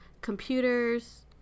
computers